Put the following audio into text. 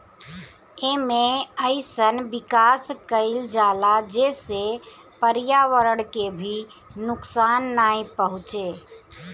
एमे अइसन विकास कईल जाला जेसे पर्यावरण के भी नुकसान नाइ पहुंचे